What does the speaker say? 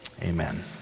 Amen